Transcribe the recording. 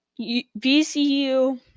VCU